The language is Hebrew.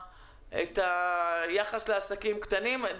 אני לא מבינה איזה חקיקה מוסדרת.